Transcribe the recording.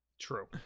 True